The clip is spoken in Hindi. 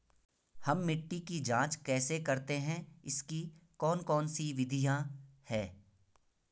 हम मिट्टी की जांच कैसे करते हैं इसकी कौन कौन सी विधियाँ है?